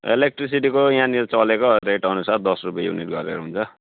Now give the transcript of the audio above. इलेक्ट्रिसिटीको यहाँनिर चलेको रेट अनुसार दस रुपियाँ युनिट गरेर हुन्छ